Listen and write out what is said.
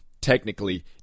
technically